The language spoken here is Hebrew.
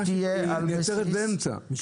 היא נעצרת באמצע.